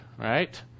right